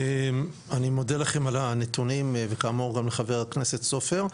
אני מודה לכם על הנתונים וכאמור גם לחבר הכנסת סופר.